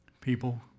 People